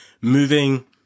moving